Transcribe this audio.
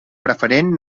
preferent